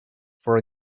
for